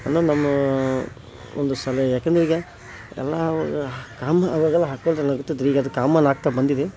ಅಲ್ಲಿ ನಮ್ಮ ಒಂದು ಸಲಹೆ ಯಾಕೆಂದ್ರೆ ಈಗ ಎಲ್ಲ ಕಾಮ್ ಆವಾಗೆಲ್ಲ ಹಾಕ್ಕೊಂಡ್ರೆ ಏನಾಗುತ್ತೆ ಈಗ ಅದು ಕಾಮನ್ ಆಗ್ತಾ ಬಂದಿದೆ